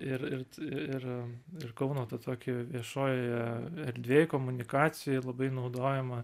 ir ir t ir ir kauno tą tokį viešojoje erdvėj komunikacijoj labai naudojamą